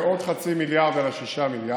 זה עוד חצי מיליארד על ה-6 מיליארד,